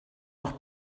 noch